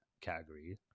category